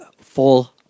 full